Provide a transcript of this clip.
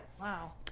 Wow